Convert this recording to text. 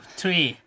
three